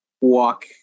walk